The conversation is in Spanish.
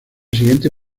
siguiente